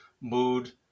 mood